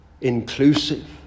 inclusive